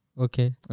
Okay